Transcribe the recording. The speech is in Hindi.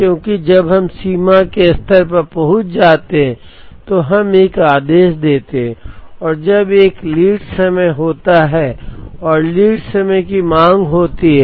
क्योंकि जब हम सीमा के स्तर पर पहुंच जाते हैं तो हम एक आदेश देते हैं और जब एक लीड समय होता है और लीड समय की मांग होती है